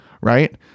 Right